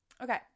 Okay